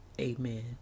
Amen